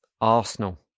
Arsenal